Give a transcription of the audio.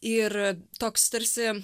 ir toks tarsi